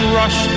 rush